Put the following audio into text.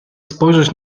spojrzeć